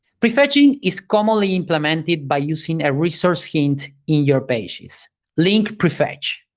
prefetching is commonly implemented by using a resource hint in your pages link prefetch.